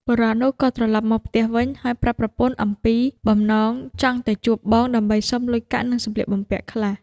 បុរសនោះក៏ត្រឡប់មកផ្ទះវិញ ហើយប្រាប់ប្រពន្ធពីបំណងចង់ទៅជួបបងដើម្បីសុំលុយកាក់ និងសម្លៀកបំពាក់ខ្លះ។